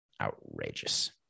Outrageous